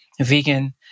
vegan